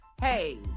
hey